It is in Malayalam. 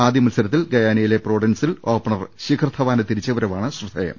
ആദ്യ മത്സരത്തിൽ ഗയാനയിലെ പ്രോവിഡൻസിൽ ഓപ്പണർ ശിഖർധവാന്റെ തിരിച്ചുവരവാണ് ശ്രദ്ധേയം